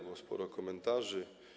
Było sporo komentarzy.